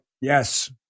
Yes